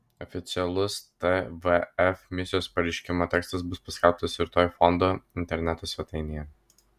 oficialus tvf misijos pareiškimo tekstas bus paskelbtas rytoj fondo interneto svetainėje